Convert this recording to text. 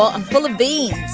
i'm full of beans